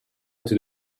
into